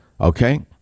okay